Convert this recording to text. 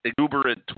exuberant